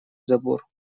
забор